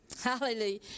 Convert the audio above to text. hallelujah